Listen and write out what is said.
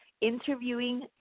interviewing